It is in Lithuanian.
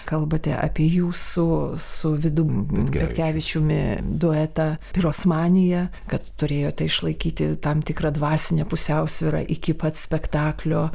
kalbate apie jūsų su vidu ratkevičiumi duetą pirosmanije kad turėjote išlaikyti tam tikrą dvasinę pusiausvyrą iki pat spektaklio